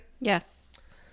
yes